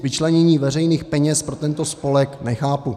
Vyčlenění veřejných peněz pro tento spolek nechápu.